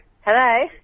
Hello